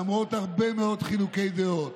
למרות הרבה מאוד חילוקי דעות,